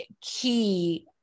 key